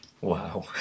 Wow